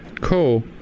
Cool